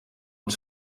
het